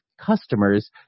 customers